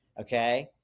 okay